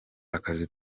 akazi